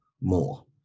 more